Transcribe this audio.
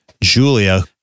Julia